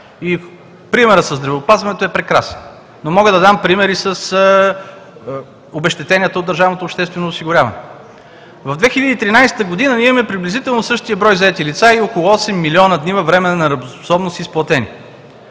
И примерът със здравеопазването е прекрасен. Мога да дам пример и с обезщетенията от държавното обществено осигуряване. В 2013 г. ние имаме приблизително същия брой заети лица и изплатени около 8 милиона дни във временна неработоспособност.